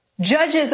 Judges